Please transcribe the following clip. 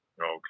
Okay